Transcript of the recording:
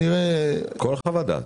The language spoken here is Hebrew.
כל חוות דעת.